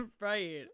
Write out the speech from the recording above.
right